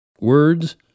Words